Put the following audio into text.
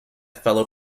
fellow